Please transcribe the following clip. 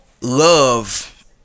Love